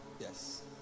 yes